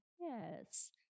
yes